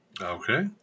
Okay